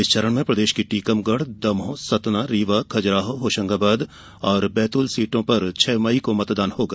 इस चरण में प्रदेश की टीकमगढ़ दमोह संतना रीवा खजुराहो होशंगाबाद और बैतूल सीटों पर छह मई को मतदान होगा